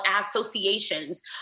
associations